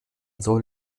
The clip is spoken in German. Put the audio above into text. soll